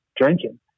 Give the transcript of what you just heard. drinking